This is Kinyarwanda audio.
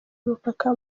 y’umupaka